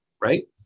right